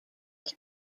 can